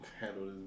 Handled